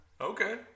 Okay